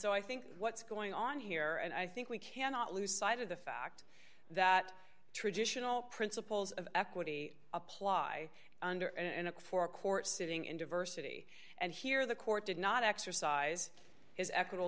so i think what's going on here and i think we cannot lose sight of the fact that traditional principles of equity apply under and for a court sitting in diversity and here the court did not exercise his equitable